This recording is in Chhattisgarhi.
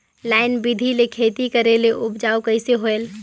लाइन बिधी ले खेती करेले उपजाऊ कइसे होयल?